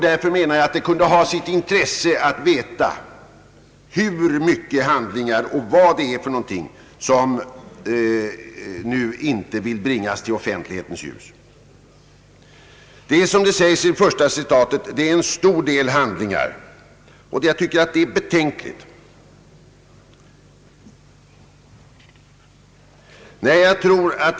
Därför kunde det ha sitt intresse att veta, hur många handlingar och av vad slag de är som nu inte får bringas till offentlighetens ljus. Jag tycker det är betänkligt om det skulle vara »en stor del» handlingar.